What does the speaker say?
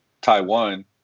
Taiwan